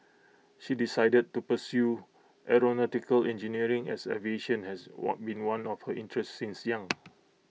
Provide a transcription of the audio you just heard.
she decided to pursue aeronautical engineering as aviation has what been one of her interests since young